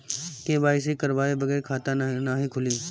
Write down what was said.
KYC करवाये बगैर खाता नाही खुली?